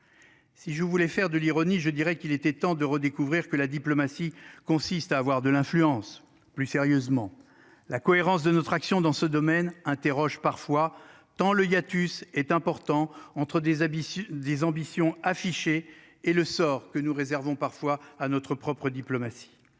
Si je voulais faire de l'ironie. Je dirais qu'il était temps de redécouvrir que la diplomatie consiste à avoir de l'influence plus sérieusement la cohérence de notre action dans ce domaine interroge parfois tant le hiatus est important entre des habitudes des ambitions affichées et le sort que nous réservons parfois à notre propre diplomatie.